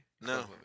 No